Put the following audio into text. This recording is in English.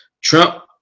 trump